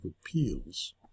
Appeals